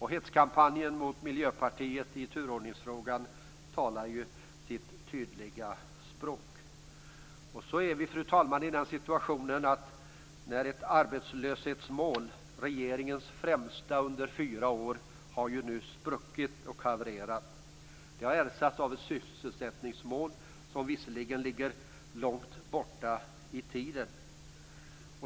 Hetskampanjen mot Miljöpartiet i turordningsfrågan talar sitt tydliga språk. Arbetslöshetsmålet, regeringens främsta mål under fyra år, har nu havererat. Det har ersatts av ett sysselsättningsmål, som ligger långt borta i tiden.